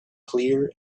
clear